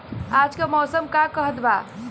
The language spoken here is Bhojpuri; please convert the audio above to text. आज क मौसम का कहत बा?